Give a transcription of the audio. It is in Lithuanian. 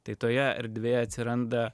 tai toje erdvėj atsiranda